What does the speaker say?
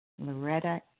Loretta